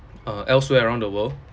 uh elsewhere around the world